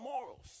morals